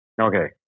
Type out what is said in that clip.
Okay